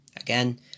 again